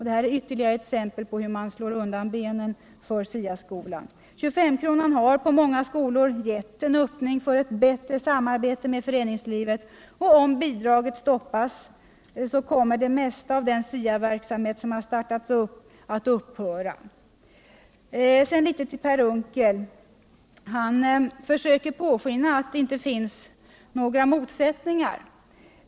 Det här är ytterligare ett exempel på hur man slår undan benen för SIA skolan. 23-kronan har på många skolor givit en öppning för ett samarbete med föreningslivet, och om bidraget stoppas, kommer det mesta av den SIA verksamhet som har startat att upphöra. Några ord till Per Unckel, som försöker påskina att det inte finns några motsättningar i detta sammanhang.